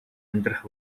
амьдрах